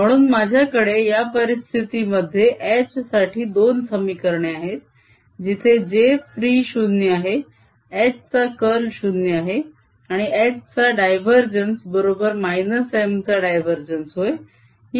म्हणून माझ्याकडे या परिस्थिती मध्ये H साठी 2 समीकरणे आहेत जिथे j फ्री 0 आहे H चा कर्ल 0 आहे आणि H चा डायवरजेन्स बरोबर - M चा डायवरजेन्स होय